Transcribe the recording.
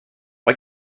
why